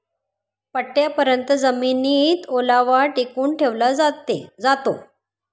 पट्टयापर्यत जमिनीत ओलावा टिकवून ठेवला जातो